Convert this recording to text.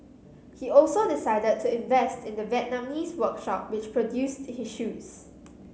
he also decided to invest in the Vietnamese workshop which produced his shoes